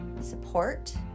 support